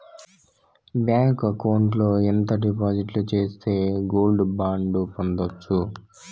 Bank account లో ఎంత డిపాజిట్లు సేస్తే గోల్డ్ బాండు పొందొచ్చు?